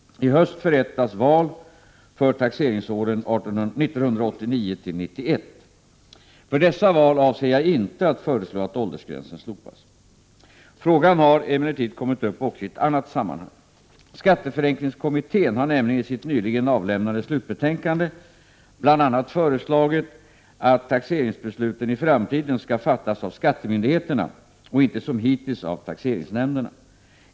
T höst förrättas val för taxeringsåren 1989-1991. För dessa val avser jag inte att föreslå att åldersgränsen slopas. Frågan har emellertid kommit upp också i ett annat sammanhang. Skatteförenklingskommittén har nämligen i sitt nyligen avlämnade slutbetänkande bl.a. föreslagit att taxeringsbesluten i framtiden skall fattas av skattemyndigheterna och inte som hittills av taxeringsnämnderna.